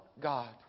God